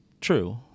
true